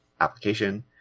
application